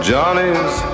Johnny's